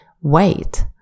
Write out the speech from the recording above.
wait